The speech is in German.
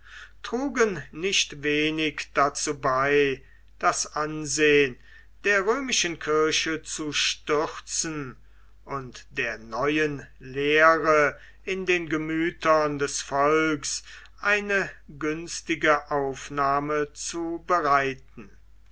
trugen nicht wenig dazu bei das ansehen der römischen kirche zu stürzen und der neuen lehre in den gemüthern des volks eine günstige aufnahme zu bereiten